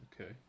Okay